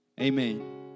Amen